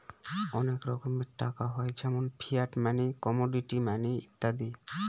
অনেক রকমের টাকা হয় যেমন ফিয়াট মানি, কমোডিটি মানি ইত্যাদি